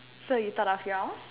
so you thought of your